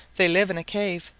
they live in a cave,